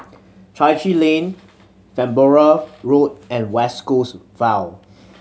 Chai Chee Lane Farnborough Road and West Coast Vale